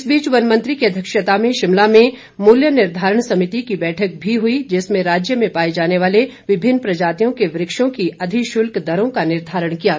इस बीच वन मंत्री की अध्यक्षता में शिमला में मूल्य निर्धारण समिति की बैठक भी हुई जिसमें राज्य में पाए जाने वाले विभिन्न प्रजातियों के वृक्षों की अधिशुल्क दरों का निर्धारण किया गया